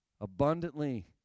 Abundantly